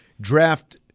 draft